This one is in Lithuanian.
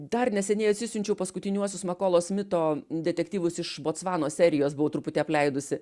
dar neseniai atsisiunčiau paskutiniuosius makolo smito detektyvus iš botsvanos serijos buvau truputį apleidusi